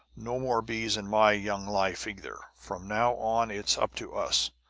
no more bees in my young life, either. from now on it's up to us.